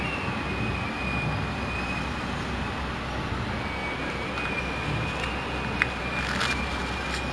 so we could only be we can only stay there for like awhile only compared to previously like can whole day like